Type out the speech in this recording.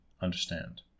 understand